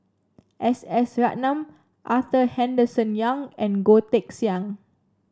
S S Ratnam Arthur Henderson Young and Goh Teck Sian